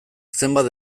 zenbat